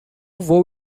vou